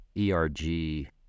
ERG